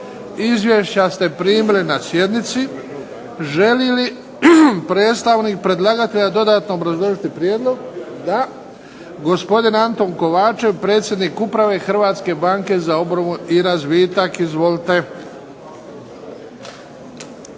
Izvješća ste primili na sjednici. Želi li predstavnik predlagatelja dodatno obrazložiti prijedlog? Da. Gospodin Anton Kovačev, predsjednik uprave Hrvatske banke za obnovu i razvitak. Izvolite.